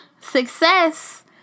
success